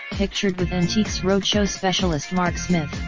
pictured with antiques roadshow specialist mark smith,